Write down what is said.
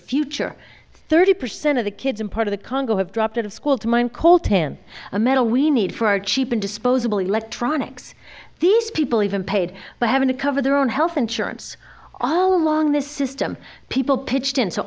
future thirty percent of the kids in part of the congo have dropped out of school to mine coal to him a medal we need for our cheap and disposable electronics these people even paid by having to cover their own health insurance all along this system people pitched in so